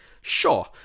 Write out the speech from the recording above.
sure